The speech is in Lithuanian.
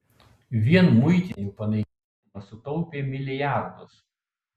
vien muitinių panaikinimas sutaupė milijardus